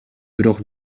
бирок